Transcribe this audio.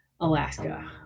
alaska